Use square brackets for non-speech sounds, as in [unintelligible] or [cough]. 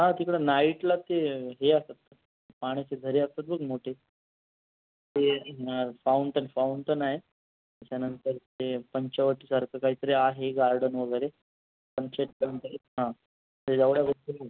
हां तिकडं नाईटला ते हे असतात पाण्याचे झरे असतात बघ मोठे ते फाऊंटन फाऊंटन आहे त्याच्यानंतर ते पंचवटीसारखं काहीतरी आहे गार्डन वगैरे [unintelligible] एवढ्या गोष्टी [unintelligible]